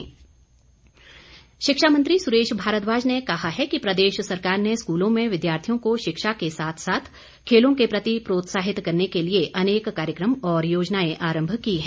सुरेश भारद्वाज शिक्षा मंत्री सुरेश भारद्वाज ने कहा है कि प्रदेश सरकार ने स्कूलों में विद्यार्थियों को शिक्षा के साथ साथ खेलों के प्रति प्रोत्साहित करने के लिए अनेक कार्यक्रम और योजनाएं आरम्भ की है